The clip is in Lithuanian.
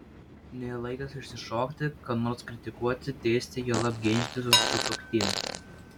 ne laikas išsišokti ką nors kritikuoti teisti juolab ginčytis su sutuoktiniu